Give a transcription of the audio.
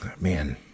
man